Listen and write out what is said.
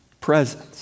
presence